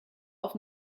auf